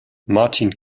martin